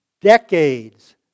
decades